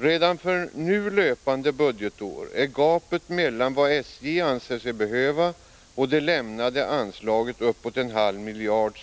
Redan för nu löpande budgetår uppgår gapet mellan vad SJ anser sig behöva och det lämnade anslaget till bortemot en halv miljard.